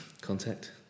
contact